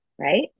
right